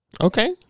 okay